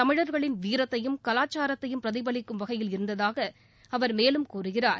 தமிழர்களின் வீரத்தையும் கலாச்சாரத்தையும் பிரதிபலிக்கும் வகையில் இருந்ததாக அவர் மேலும் கூறுகிறார்